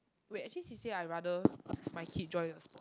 wait actually C_C_A I rather my kid join a sport